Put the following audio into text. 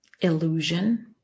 illusion